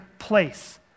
place